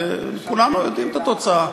וכולנו יודעים מה התוצאה.